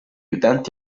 utenti